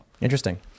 Interesting